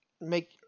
Make